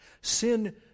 Sin